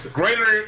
greater